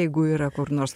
jeigu yra kur nors